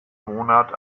monat